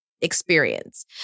experience